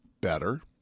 better